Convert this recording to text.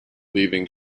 leaving